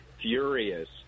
furious